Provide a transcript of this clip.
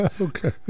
Okay